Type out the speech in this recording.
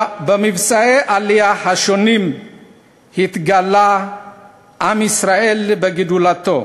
במבצעי העלייה השונים התגלה עם ישראל בגדולתו.